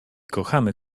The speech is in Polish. kochamy